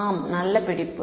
ஆம் நல்ல பிடிப்பு